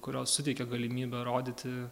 kurios suteikia galimybę rodyti